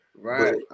Right